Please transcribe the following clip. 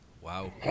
Wow